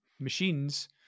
machines